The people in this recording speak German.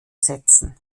setzen